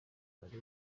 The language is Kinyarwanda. ati